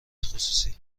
خصوصی